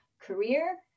career